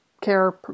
care